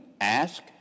ask